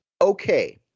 okay